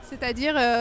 c'est-à-dire